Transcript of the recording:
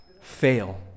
fail